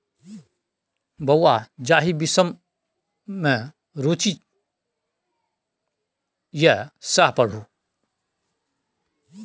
बौंआ जाहि विषम मे रुचि यै सैह पढ़ु